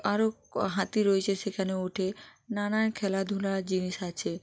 আরও ক হাতি রয়েছে সেখানেও ওটে নানা খেলাধুলার জিনিস আছে